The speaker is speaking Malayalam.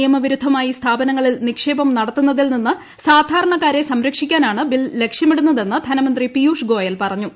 നിയമവിരുദ്ധമായി സ്ഥാപനങ്ങളിൽ നിക്ഷേപം നടത്തുന്നതിൽ നിന്ന് സാധാരണക്കാരെ സംരക്ഷിക്കാനാണ് ബിൽ ലക്ഷ്യമിടുന്നതെന്ന് ധനമന്ത്രി പിയൂഷ്ഗോയൽ പറഞ്ഞു